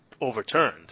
overturned